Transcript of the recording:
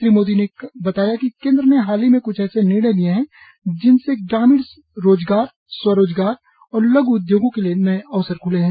श्री मोदी ने बताया कि केन्द्र ने हाल ही में क्छ ऐसे निर्णय लिये है जिनसे ग्रामीण रोजगार स्व रोजगार और लघ् उद्योगों के लिए नये अवसर ख्ले हैं